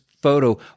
photo